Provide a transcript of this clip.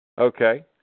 Okay